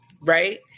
Right